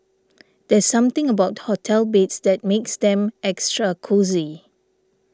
there's something about hotel beds that makes them extra cosy